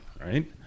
right